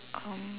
um